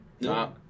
No